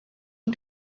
ein